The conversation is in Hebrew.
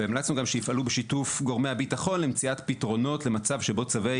והמלצנו גם שיפעלו בשיתוף גורמי הביטחון למציאת פתרונות למצב שבו צווי